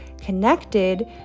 connected